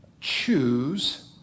choose